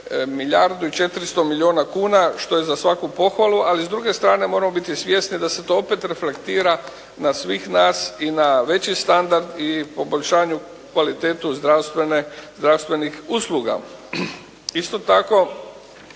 milijardu i 400 milijuna kuna, što je za svaku pohvalu. Ali s druge strane moramo biti svjesni da se to opet reflektira na svih nas i na veći standard i poboljšanju kvalitete zdravstvenih usluga. Isto tako